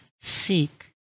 seek